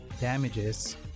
damages